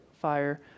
fire